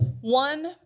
One